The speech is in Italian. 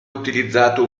utilizzato